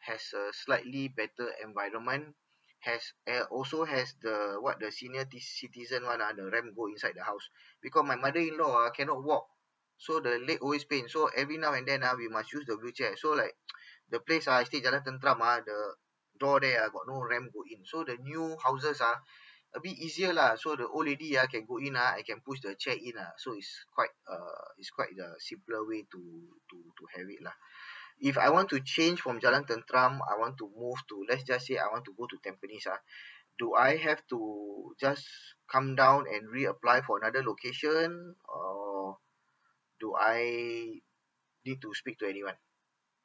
has a slightly better environment has uh also has the what the senior citi~ citizens ah the ramp go inside the house because my mother in law ah cannot walk so the leg always pain so every now and then ah we must use the wheelchair so like the place ah I say jalan tenteram ah the door there ah got no ramp go in so the new houses ah a bit easier lah so the old lady ah can go in ah I can push the chair in ah so it's quite uh it's quite a simpler way to to have it lah if I want to change from jalan tenteram I want to move to let's just say I want to go to tampines ah do I have to just come down and reapply for other location or do I need to speak to anyone